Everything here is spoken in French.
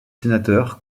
sénateur